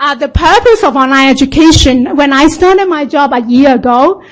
ah the purpose of online education, when i started my job a year ago,